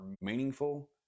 meaningful